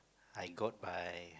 I got my